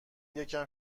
یکم